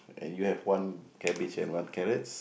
and you have one cabbage and one carrots